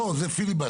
לא, זה פיליבסטר.